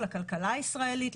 לכלכלה הישראלית,